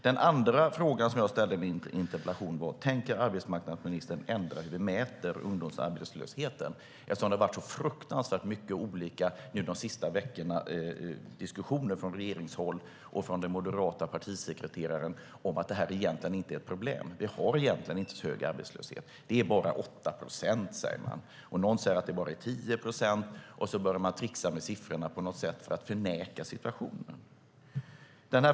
Den andra frågan jag ställde i min interpellation var: Tänker arbetsmarknadsministern ändra hur vi mäter ungdomsarbetslösheten? Det har de senaste veckorna varit så mycket olika diskussioner från regeringshåll och från den moderata partisekreteraren om att det egentligen inte är ett problem. Vi har egentligen inte så hög arbetslöshet. Det är bara 8 procent, säger man. Någon säger att det bara är 10 procent. Så börjar man tricksa med siffrorna för att på något sätt förneka situationen.